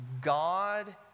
God